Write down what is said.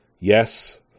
yes